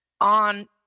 on